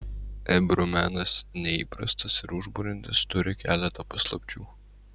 ebru menas neįprastas ir užburiantis turi keletą paslapčių